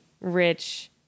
rich